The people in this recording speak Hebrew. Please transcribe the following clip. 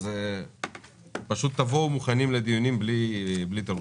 פשוט תבואו מוכנים לדיונים, בלי תירוצים.